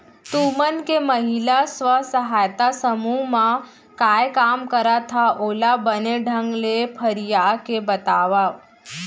तुमन के महिला स्व सहायता समूह म काय काम करत हा ओला बने ढंग ले फरिया के बतातेव?